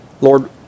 Lord